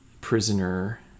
prisoner